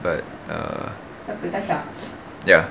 but uh ya